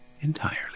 entirely